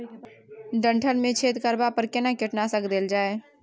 डंठल मे छेद करबा पर केना कीटनासक देल जाय?